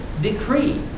decree